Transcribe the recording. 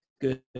good